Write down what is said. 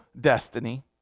destiny